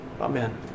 Amen